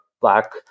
black